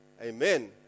Amen